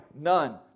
none